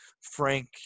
frank